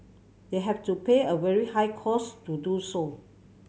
they have to pay a very high cost to do so